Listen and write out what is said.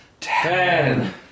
Ten